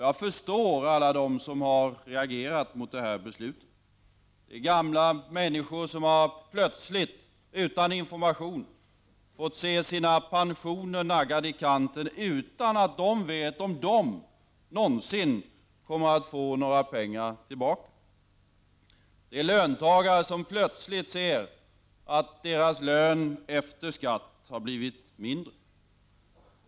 Jag förstår alla dem som har reagerat mot det här beslutet. Det rör sig om gamla människor som plötsligt utan information har fått se sina pensioner naggade i kanten, utan att de vet om de någonsin kommer att få några pengar tillbaka. Det rör sig om löntagare som plötsligt ser att deras lön efter skatt har blivit mindre.